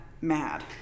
mad